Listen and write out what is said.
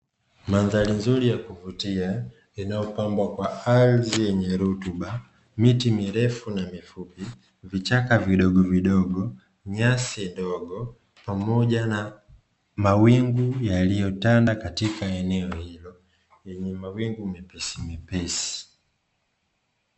Mandhari nzuri ya kuvutia inayopambwa kwa ardhi yenye rutuba, miti mirefu na mifupi, vichaka vidogovidogo, nyasi ndogo pamoja na mawingu yaliyotanda katika eneo hilo lenye mawingu mepesimepesi.